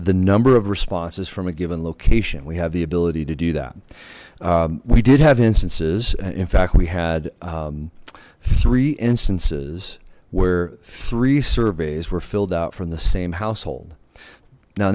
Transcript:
the number of responses from a given location we have the ability to do that we did have instances in fact we had three instances where three surveys were filled out from the same household now